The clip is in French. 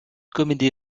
comédie